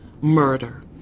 murder